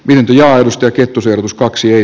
mänty ja aidosta kettusen tuskaksi ei